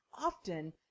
often